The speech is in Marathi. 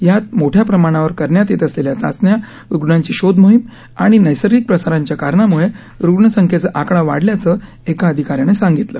यात मोठ्या प्रमाणावर करण्यात येत असलेल्या चाचण्या रूग्णांची शोध मोहीम आणि नैसर्गिक प्रसाराच्या कारणांमुळे रूग्ण संख्येचा आकडा वाढल्याचं एका अधिकाऱ्यांनं सांगितलं